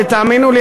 ותאמינו לי,